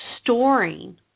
storing